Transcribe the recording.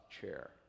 chair